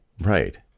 Right